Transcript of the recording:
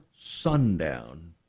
sundown